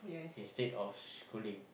instead of schooling